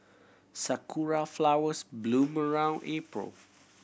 sakura flowers bloom around April